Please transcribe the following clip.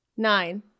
Nine